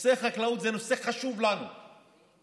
נושא החקלאות הוא נושא חשוב לנו כמדינה,